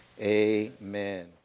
Amen